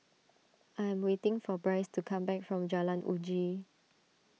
I am waiting for Brice to come back from Jalan Uji